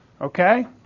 Okay